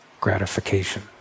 gratification